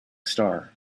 star